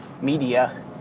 media